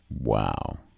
Wow